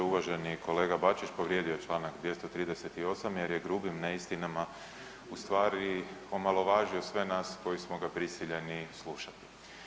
Uvaženi kolega Bačić povrijedio je čl. 238. jer je grubim neistinama ustvari omalovažio sve nas koji smo ga prisiljeni slušati.